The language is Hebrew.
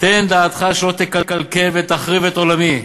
"תן דעתך שלא תקלקל ותחריב את עולמי,